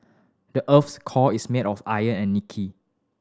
the earth's core is made of iron and nickel